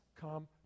come